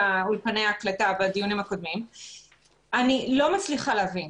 אולפני ההקלטה בדיונים הקודמים ואני לא מצליחה להבין